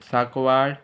Sancoale